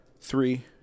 Three